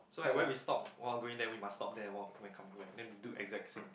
so like where we stop while going there we must stop there and while coming back then do exact same thing